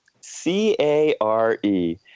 C-A-R-E